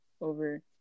over